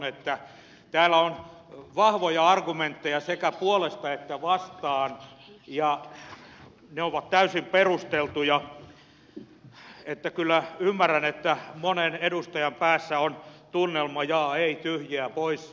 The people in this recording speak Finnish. täällä on vahvoja argumentteja sekä puolesta että vastaan ja ne ovat täysin perusteltuja ja kyllä ymmärrän että monen edustajan päässä on tunnelma jaa ei tyhjiä poissa